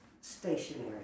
stationary